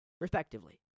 respectively